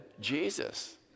Jesus